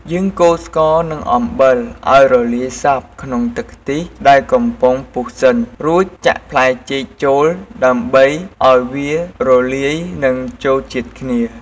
យើងកូរស្ករនិងអំបិលឱ្យរលាយសព្វក្នុងទឹកខ្ទិះដែលកំពុងពុះសិន រួចចាក់ផ្លែចេកចូល ដើម្បីឱ្យវារលាយនិងចូលជាតិគ្នា ។